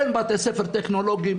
אין בתי ספר טכנולוגיים,